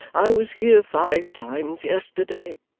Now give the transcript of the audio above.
i was here five times yesterday.